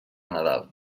nadal